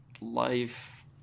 life